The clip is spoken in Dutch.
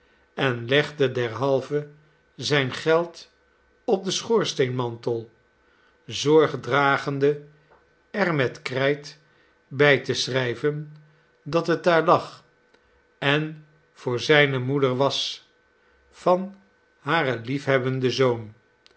en legde derhalve zijn geld op den schoorsteenmantel zorg dragende er metkrijt bij te schrijven dat het daar lag en voor zijne moeder was van haar liefhebbenden zoon